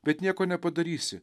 bet nieko nepadarysi